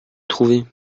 trouver